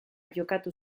jokatu